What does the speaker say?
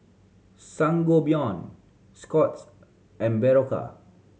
Sangobion Scott's and Berocca